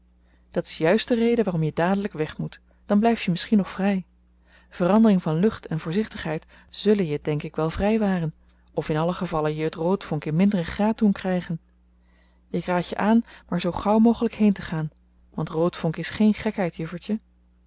dat is juist de reden waarom je dadelijk weg moet dan blijf je misschien nog vrij verandering van lucht en voorzichtigheid zullen je denk ik wel vrijwaren of in alle gevallen je het roodvonk in minderen graad doen krijgen ik raad je maar zoo gauw mogelijk heen te gaan want roodvonk is geen gekheid